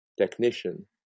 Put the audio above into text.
technician